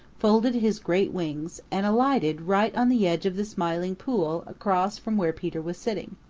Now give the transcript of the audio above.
folded his great wings, and alighted right on the edge of the smiling pool across from where peter was sitting.